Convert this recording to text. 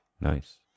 nice